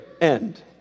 end